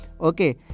okay